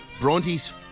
Bronte's